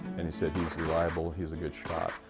and he said, he's reliable, he's a good shot.